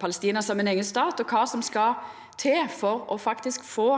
Palestina som ein eigen stat, og kva som skal til for å få